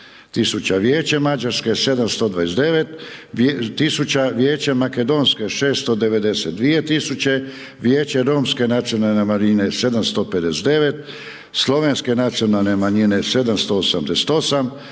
Vijeće mađarske 729 tisuća, Vijeće makedonske 692 tisuće, Vijeće romske nacionalne manjine 759 tisuće, Slovenske nacionalne manjine 788